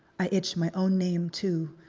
i itch my own name too.